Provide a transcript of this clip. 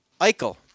Eichel